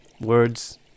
words